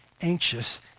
anxious